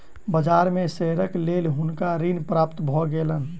बाजार में शेयरक लेल हुनका ऋण प्राप्त भ गेलैन